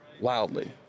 loudly